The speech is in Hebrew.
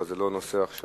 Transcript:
אבל זה לא הנושא עכשיו,